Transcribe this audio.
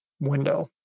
window